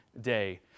day